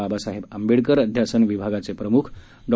बाबासाहेब आंबेडकर अध्यासन विभागाचे प्रमुख डॉ